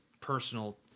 personal